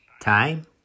time